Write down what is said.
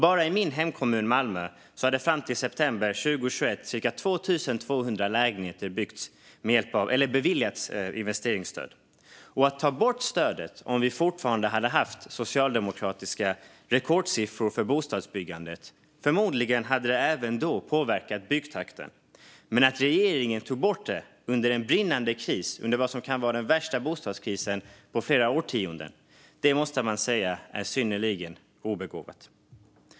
Bara i min hemkommun Malmö hade det fram till september 2021 byggts cirka 2 200 lägenheter där investeringsstöd beviljats. Om stödet hade tagits bort när vi fortfarande hade socialdemokratiska rekordsiffror för bostadsbyggandet hade det förmodligen också påverkat byggtakten, men att regeringen tog bort det under brinnande kris och i vad som kan vara den värsta bostadskrisen på flera årtionden måste man säga var synnerligen obegåvat.